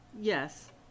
Yes